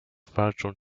walczą